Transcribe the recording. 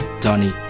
Donnie